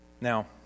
Now